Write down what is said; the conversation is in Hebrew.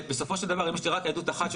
ובסופו של דבר אם יש לי רק עדות אחת של